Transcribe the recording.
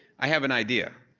i have an idea.